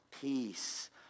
peace